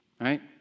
right